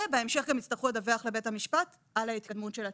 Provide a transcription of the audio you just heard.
ובהמשך הם גם יצטרכו לדווח לבית המשפט על ההתקדמות של הטיפול.